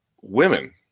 women